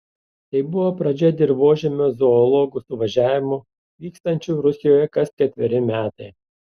tai buvo pradžia dirvožemio zoologų suvažiavimų vykstančių rusijoje kas ketveri metai